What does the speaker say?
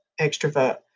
extrovert